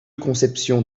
conceptions